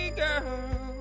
girl